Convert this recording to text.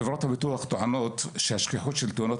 חברות הביטוח טוענות שהשכיחות של תאונות